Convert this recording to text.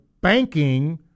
banking